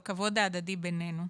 בכבוד ההדדי בינינו,